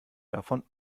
davon